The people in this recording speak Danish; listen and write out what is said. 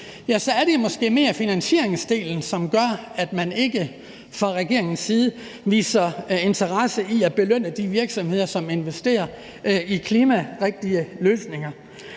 er det måske mere finansieringsdelen, som gør, at man ikke fra regeringens side viser interesse for at belønne de virksomheder, som investerer i klimarigtige løsninger.